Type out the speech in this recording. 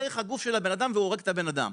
דרך הגוף של הבן אדם והורג את בן האדם,